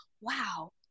Wow